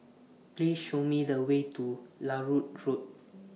Please Show Me The Way to Larut Road